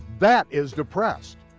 that is depressed.